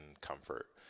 comfort